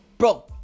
Bro